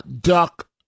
duck